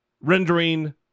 Rendering